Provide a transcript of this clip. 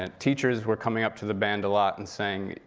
and teachers were coming up to the band a lot, and saying,